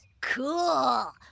Cool